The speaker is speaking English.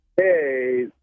Hey